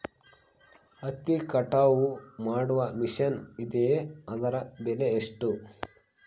ಹತ್ತಿ ಕಟಾವು ಮಾಡುವ ಮಿಷನ್ ಇದೆಯೇ ಅದರ ಬೆಲೆ ಎಷ್ಟು?